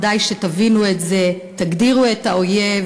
כדאי שתבינו את זה ותגדירו את האויב,